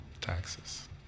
taxes